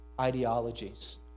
ideologies